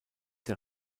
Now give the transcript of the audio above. der